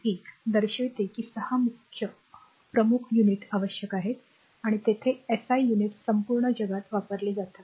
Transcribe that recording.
1 दर्शविते की 6 प्रमुख युनिट्स आवश्यक आहेत आणि तेथे एसआय युनिट्स संपूर्ण जगात वापरली जात आहेत